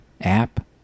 app